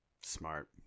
smart